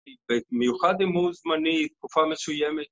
אניהוא אוהב בנים